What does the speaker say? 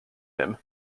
him